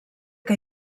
que